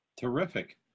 Terrific